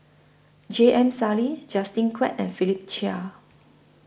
J M Sali Justin Quek and Philip Chia